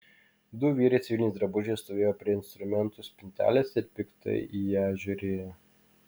du vyrai civiliniais drabužiais stovėjo prie instrumentų spintelės ir piktai į ją žiūrėjo